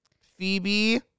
Phoebe